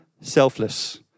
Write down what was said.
selfless